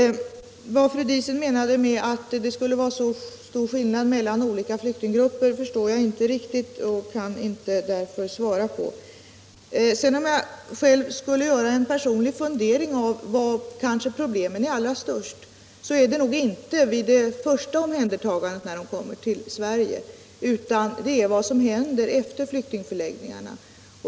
Vad fru Diesen menar med att det skulle vara så stor skillnad mellan olika flyktinggrupper förstår jag inte riktigt och kan därför inte svara på den frågan. Om jag skulle göra en personlig fundering om var problemen är allra störst, tror jag att det inte är vid det första omhändertagandet, när flyktingarna kommer till Sverige, utan det är vad som händer efter flyktingförläggningarna.